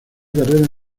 carrera